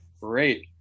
great